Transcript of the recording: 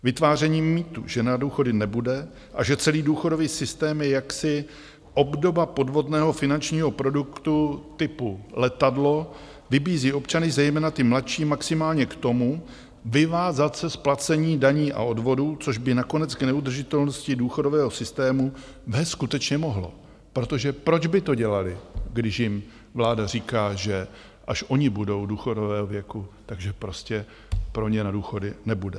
Vytváření mýtu, že na důchody nebude a že celý důchodový systém je jakási obdoba podvodného finančního produktu typu letadlo, vybízí občany, zejména ty mladší, maximálně k tomu, vyvázat se z placení daní a odvodů, což by nakonec k neudržitelnosti důchodového systému vést skutečně mohlo, protože proč by to dělali, když jim vláda říká, že až oni budou důchodového věku, tak že prostě pro ně na důchody nebude?